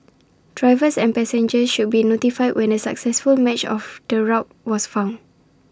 drivers and passengers should be notified when A successful match of the route was found